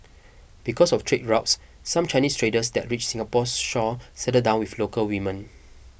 because of trade routes some Chinese traders that reached Singapore's shores settled down with local women